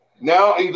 now